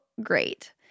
great